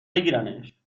بگیرنش